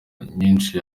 nyinshi